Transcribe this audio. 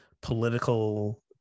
political